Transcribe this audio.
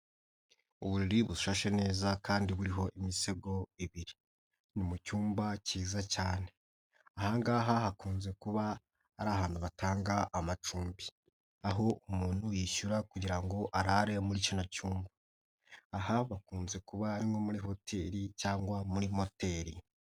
Uburiri bushashe neza kandi buriho imisego ibiri, ni mu cyumba kiza cyane, aha ngaha hakunze kuba ari ahantu batanga amacumbi aho umuntu yishyura kugira ngo arare muri kino cyumba, aha bakunze kuba ari nko muri hoteli cyangwa muri moteri.